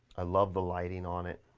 i love the lighting on it.